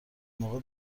موقع